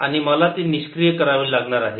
आणि मला ते निष्क्रिय करावे लागणार आहे